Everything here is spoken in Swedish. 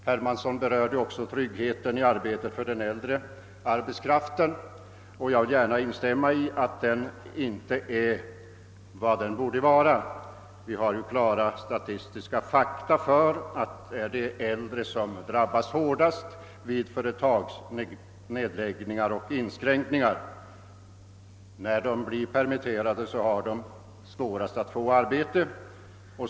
Herr Hermansson berörde också frågan om trygghet i arbetet för den äldre arbetskraften, och jag vill gärna instämma i att den inte är vad den borde vara — vi har klara statistiska fakta som visar att de äldre drabbas hårdast vid företagsnedläggningar och driftsinskränkningar. När de blir permitterade har de svårast att få arbete.